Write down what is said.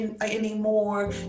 anymore